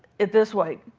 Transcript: it this way.